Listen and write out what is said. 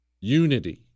Unity